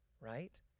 right